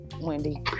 Wendy